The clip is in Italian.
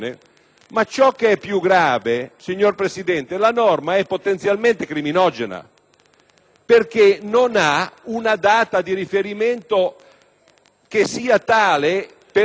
perché non prevede una data di riferimento che sia tale, per cui l'intervento è a valere su condizioni che si sono già determinate nel passato.